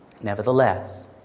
Nevertheless